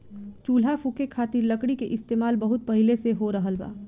चूल्हा फुके खातिर लकड़ी के इस्तेमाल बहुत पहिले से हो रहल बा